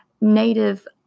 Native